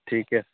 ঠিক আছে